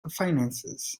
finances